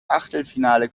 achtelfinale